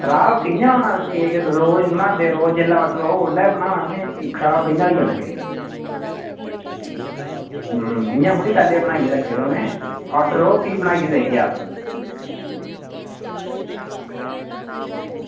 खराब कि'यां होना रोज़ जेल्लै ऑर्डर होग ते उसलै बनाना असें भी खराब कि'यां होई जाना केक इ'यां थोह्ड़ी पैह्लें बनाइयै रक्खे दे होने ऑर्डर औग भी बनाइयै देगे अस